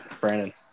Brandon